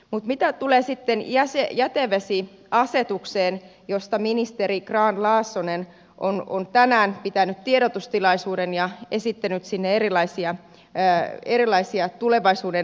mitä tulee sitten jätevesiasetukseen josta ministeri grahn laasonen on tänään pitänyt tiedotustilaisuuden ja esittänyt sinne erilaisia tulevaisuuden visioita